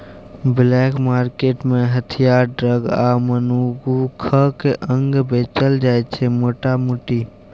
black market मे हथियार, drug आ मनुखक अंग बेचल जाइ छै मोटा मोटी